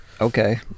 Okay